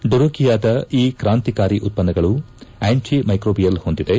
ಡುರೊಕಿಯಾದ ಈ ಕ್ರಾಂತಿಕಾರಿ ಉಪ್ಪನ್ನಗಳು ಆಂಟಿಮೈಕೊಬಿಯಲ್ ಹೊಂದಿದೆ